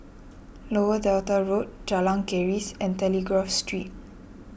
Lower Delta Road Jalan Keris and Telegraph Street